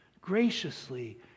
graciously